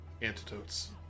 antidotes